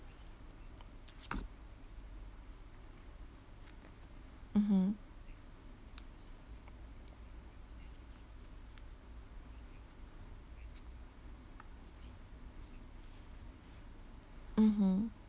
mmhmm mmhmm